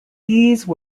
these